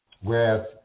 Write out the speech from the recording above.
Whereas